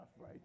right